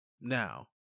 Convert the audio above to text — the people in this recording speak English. Now